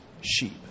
sheep